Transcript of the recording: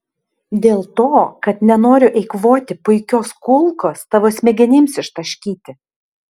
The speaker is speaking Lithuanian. dėl to kad nenoriu eikvoti puikios kulkos tavo smegenims ištaškyti